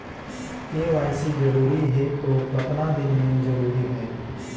KYC जरूरी हे तो कतना दिन मे जरूरी है?